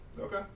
Okay